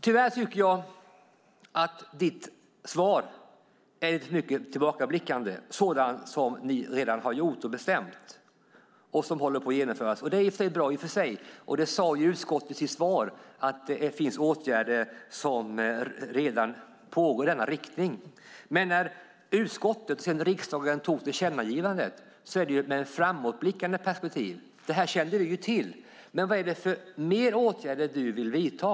Tyvärr tycker jag att ditt svar är lite för mycket tillbakablickande på sådant som ni redan har gjort och bestämt och som håller på att genomföras. Det är i och för sig bra. Utskottet sade i sitt svar att det finns åtgärder som redan pågår i denna riktning. Men när utskottet och sedan riksdagen antog tillkännagivandet var det med ett framåtblickande perspektiv. Det här kände vi till. Men vad är det för ytterligare åtgärder du vill vidta?